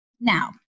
now